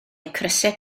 crysau